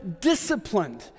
disciplined